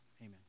Amen